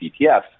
ETFs